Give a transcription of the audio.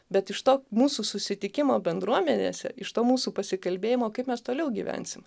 bet iš to mūsų susitikimo bendruomenėse iš to mūsų pasikalbėjimo kaip mes toliau gyvensime